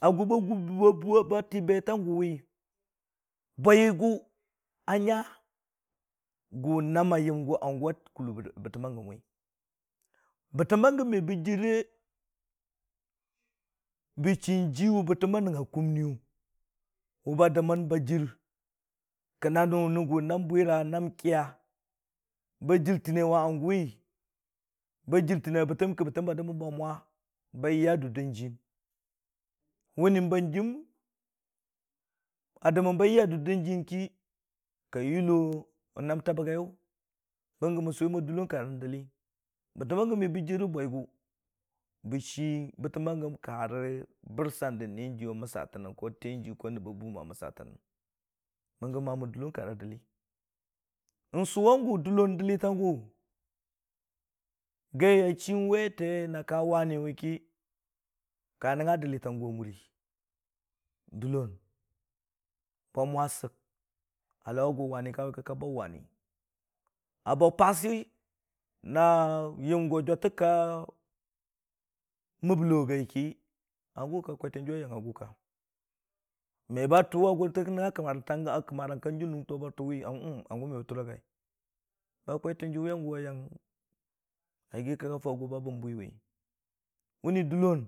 A gʊ ba tii, bəttang gʊ wi, bwigʊ bə nya gʊ naam a yam, gʊn hangʊ a kʊllo bəttəm ba gʊwi bətəm ba gəm me bə jiir bə chii, jiwe bətəm a nəngnga kʊmniyʊ, wʊ ba dəmən ba jir, kəna nʊ gu naam bwira, wʊ kiya ba jirtəme wa hangʊ, ba jirtəne wa bətəm ki ba dəmən ba jir, kəna nʊ gʊ naam bwira, wʊ kiyaba jirtəme wa hangʊ ba jirtəne wa bətəm ki ba dəmən ba mwa, ba jiiya duur a jɨyang wʊni ban hamjim a dəmən ba yiiya dur da jiyəng ki, ka yʊlo naam ta bagiyʊ, bən gə mən sʊwarə mo, dəllon karə dəlli, bətəm ba gəyəm me bə jirə bwigʊ. Bə chii bətəm ba gəm kat rə bərsan də nee jiyʊ teen jiyʊ a məsatənnəm bəngama mo dəllon karə dəlli. N'sʊwangʊ dəllon, n'sʊwmo gai ka wetəwi na ka wani we ki, kai nəngnga dəlitang gʊwa muri, dəllon ba mwa sək a lauwa gʊ wani kawʊ we ki, kə ka baa wani, a baii pasina yəm go jwʊtə ka məbbəlo bwi ki, hangʊ ka kwitən jʊwi a yangnga gʊ ka me ba tʊwa gʊ tən nəngnga kəmarang ka jɨnnʊ to ba tʊwi hə-həng, hangʊ me bə tʊra gai, ba kwi təng jʊwiya gʊ ayang, a yiigi ki, ka faʊ gu ba həmbwiwi wani dəllon.